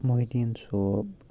محدیٖن صوب